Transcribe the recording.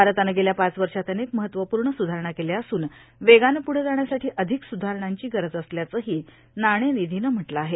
भारतानं गेल्या पाच वर्षात अनेक महत्वपूर्ण सुधारणा केल्या असून वेगानं पुढं जाण्यासाठी अधिक सुधारणांची गरज असल्याचंही नाणेनिधीनं म्हटलं आहे